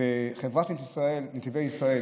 וחברת נתיבי ישראל,